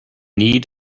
need